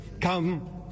come